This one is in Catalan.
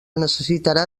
necessitarà